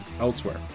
elsewhere